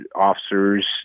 officers